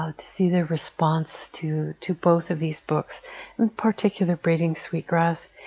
um to see their response to to both of these books, in particular, braiding sweetgrass.